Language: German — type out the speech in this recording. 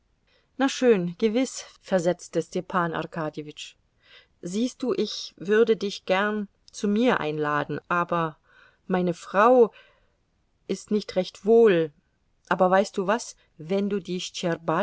na schön gewiß versetzte stepan arkadjewitsch siehst du ich würde dich gern zu mir einladen aber meine frau ist nicht recht wohl aber weißt du was wenn du die